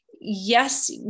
Yes